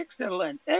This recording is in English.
excellent